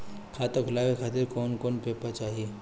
खाता खुलवाए खातिर कौन कौन पेपर चाहीं?